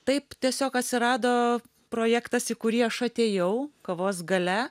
taip tiesiog atsirado projektas į kurį aš atėjau kavos galia